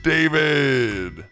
David